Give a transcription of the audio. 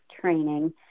training